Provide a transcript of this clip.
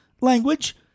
language